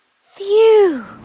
Phew